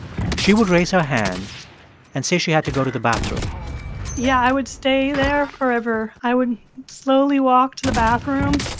she would raise her hand and say she had to go to the bathroom yeah, i would stay there forever. i would slowly walk to the bathroom,